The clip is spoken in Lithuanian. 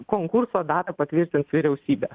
konkurso datą patvirtins vyriausybė